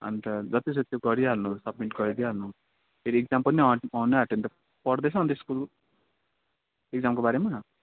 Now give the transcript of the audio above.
अन्त जति सक्दो त्यो गरिहाल्नु सब्मिट गरिदिइहाल्नु फेरि इक्जाम पनि नजिक आउनु आँट्यो पढ्दैछ अन्त स्कुल इक्जामको बारेमा